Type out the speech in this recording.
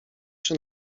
czy